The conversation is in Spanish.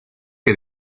que